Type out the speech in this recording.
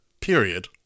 period